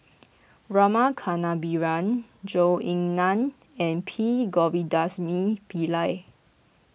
Rama Kannabiran Zhou Ying Nan and P Govindasamy Pillai